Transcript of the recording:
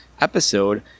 episode